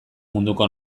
munduko